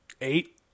Eight